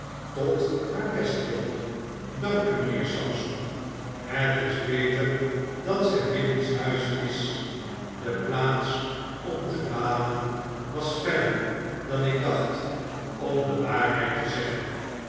tot haar bestwil dank u mijnheer sampson het is beter dat zij binnenshuis is de plaats om te baden was verder dan ik dacht ora de waarheid te zeggen